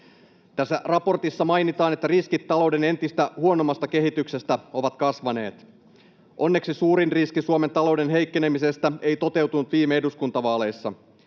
Tässä raportissa mainitaan, että riskit talouden entistä huonommasta kehityksestä ovat kasvaneet. Onneksi suurin riski Suomen talouden heikkenemisestä ei toteutunut viime eduskuntavaaleissa.